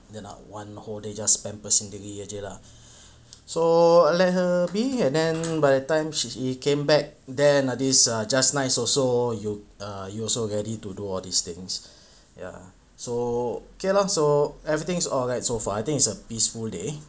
dia nak one whole day just pamper sendiri saja lah so let her be and then by the time she came back then like this ah just nice also you err you also jadi to do all these things ya so K lor so everything's all right so far I think it's a peaceful day